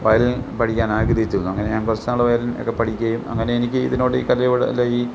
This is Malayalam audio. വയലിൻ പഠിക്കാൻ ആഗ്രഹിച്ചിരുന്നു അങ്ങനെ ഞാൻ കുറച്ച് നാൾ വയലിൻ ഒക്കെ പഠിക്കുകയും അങ്ങനെ എനിക്ക് ഇതിനോട് ഈ കലയോട് അല്ലേൽ ഈ